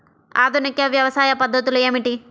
ఆధునిక వ్యవసాయ పద్ధతులు ఏమిటి?